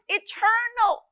eternal